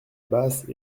basse